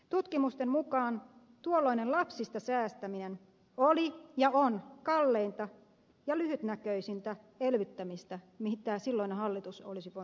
tutkimusten mukaan tuolloinen lapsista säästäminen oli ja on kalleinta ja lyhytnäköisintä elvyttämistä mitä silloinen hallitus saattoi tehdä